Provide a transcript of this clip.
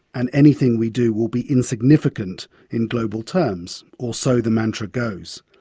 and anything we do will be insignificant in global terms. or so the mantra goes.